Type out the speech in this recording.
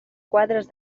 quadres